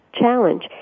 challenge